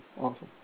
Awesome